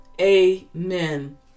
amen